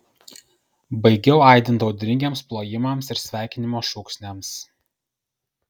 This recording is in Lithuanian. baigiau aidint audringiems plojimams ir sveikinimo šūksniams